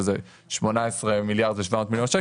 שזה 18.7 מיליארד,